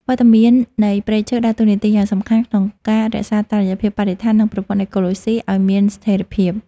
វត្តមាននៃព្រៃឈើដើរតួនាទីយ៉ាងសំខាន់ក្នុងការរក្សាតុល្យភាពបរិស្ថាន និងប្រព័ន្ធអេកូឡូស៊ីឱ្យមានស្ថិរភាព។